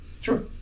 Sure